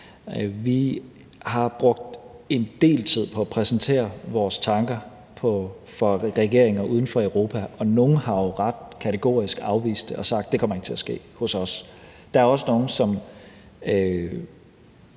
Vi har brugt en del tid på at præsentere vores tanker for regeringer uden for Europa, og nogle har jo ret kategorisk afvist det og sagt, at det ikke kommer til at ske hos dem. Der er også nogle, som